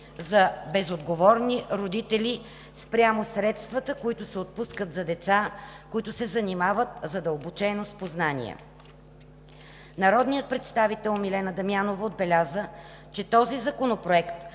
за безотговорни родители, спрямо средствата, които се отпускат за деца, които се занимават задълбочено с познания? Народният представител Милена Дамянова отбеляза, че този законопроект